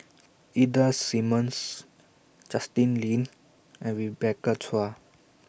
Ida Simmons Justin Lean and Rebecca Chua